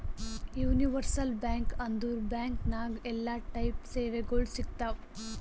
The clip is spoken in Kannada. ಯೂನಿವರ್ಸಲ್ ಬ್ಯಾಂಕ್ ಅಂದುರ್ ಬ್ಯಾಂಕ್ ನಾಗ್ ಎಲ್ಲಾ ಟೈಪ್ ಸೇವೆಗೊಳ್ ಸಿಗ್ತಾವ್